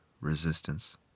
Resistance